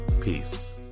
Peace